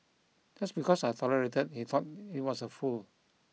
just because I tolerated he thought he was a fool